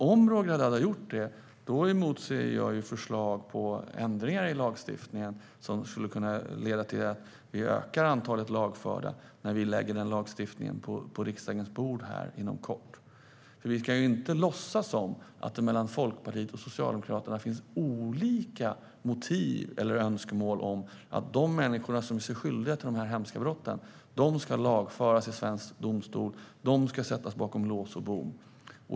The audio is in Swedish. Om Roger Haddad har gjort det emotser jag förslag på ändringar i lagstiftningen, vilken vi inom kort lägger på riksdagens bord, som skulle kunna leda till att vi ökar antalet lagförda. Vi ska inte låtsas som att det mellan Folkpartiet och Socialdemokraterna finns olika motiv för eller önskemål om att de människor som gör sig skyldiga till de här hemska brotten ska lagföras i svensk domstol och sättas bakom lås och bom.